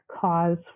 cause